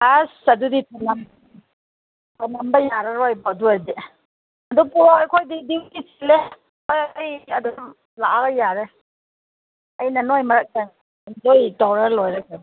ꯑꯁ ꯑꯗꯨꯗꯤ ꯊꯅꯝꯕ ꯌꯥꯔꯔꯣꯏꯕꯣ ꯑꯗꯨ ꯑꯣꯏꯔꯗꯤ ꯑꯗꯨ ꯄꯨꯔꯛꯑꯣ ꯑꯩꯈꯣꯏꯗꯤ ꯗ꯭ꯌꯨꯇꯤ ꯆꯤꯜꯂꯦ ꯍꯣꯏ ꯑꯩ ꯑꯗꯗꯨꯝ ꯂꯥꯛꯑꯒ ꯌꯥꯔꯦ ꯑꯩꯅ ꯅꯣꯏ ꯃꯔꯛꯇ ꯑꯦꯟꯖꯣꯏ ꯇꯧꯔ ꯂꯣꯏꯔꯦ ꯀꯩꯅꯣ